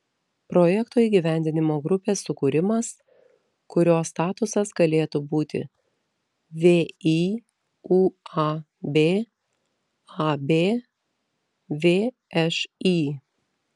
projekto įgyvendinimo grupės sukūrimas kurio statusas galėtų būti vį uab ab všį